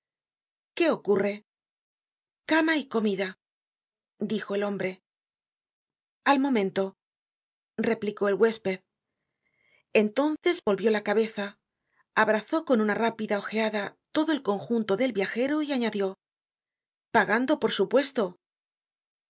qué ocurre cama y comida dijo el hombre al momento replicó el huésped entonces volvió la cabeza abrazó con una rápida ojeada todo el conjunto del viajero y añadió pagando por supuesto